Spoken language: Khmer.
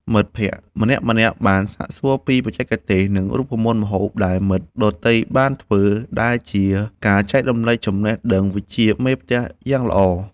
មិត្តភក្តិម្នាក់ៗបានសាកសួរពីបច្ចេកទេស និងរូបមន្តម្ហូបដែលមិត្តដទៃបានធ្វើ ដែលជាការចែករំលែកចំណេះដឹងវិជ្ជាមេផ្ទះយ៉ាងល្អ។